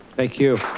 thank you.